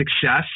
success